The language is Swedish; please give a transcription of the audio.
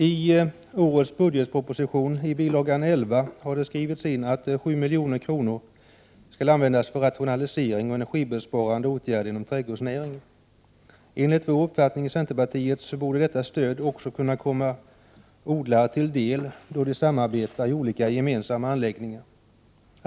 I årets budgetproposition, bil. 11, har det skrivits in att 7 milj.kr. skall användas för rationalisering och energibesparande åtgärder inom trädgårdsnäringen. Enligt centerpartiets uppfattning borde detta stöd kunna komma odlare till del också då de samarbetar i olika gemensamma anläggningar.